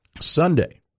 Sunday